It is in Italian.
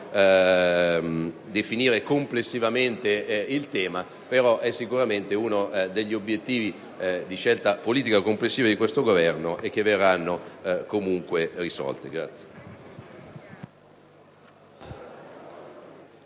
definire complessivamente il tema, però è sicuramente uno degli obiettivi della scelta politica complessiva del Governo che verranno comunque perseguiti.